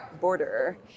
border